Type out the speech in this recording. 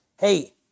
Hey